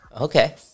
Okay